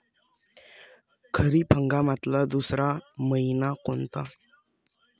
खरीप हंगामातला दुसरा मइना कोनता?